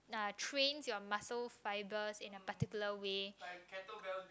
are trains your muscle fibers in the particular way